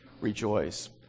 rejoice